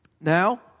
Now